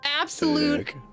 absolute-